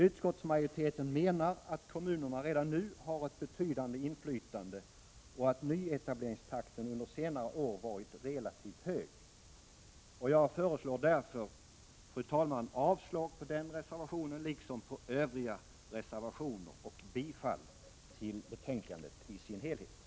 Utskottsmajoriteten menar att kommunerna redan nu har ett betydande inflytande och att nyetableringstakten under senare år varit relativt hög. Fru talman! Jag yrkar bifall till utskottets hemställan i dess helhet, vilket innebär avslag på samtliga reservationer.